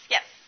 Yes